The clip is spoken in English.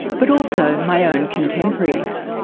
but also my own contemporaries.